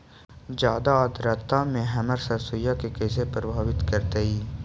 जादा आद्रता में हमर सरसोईय के कैसे प्रभावित करतई?